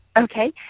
Okay